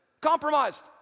compromised